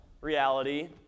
reality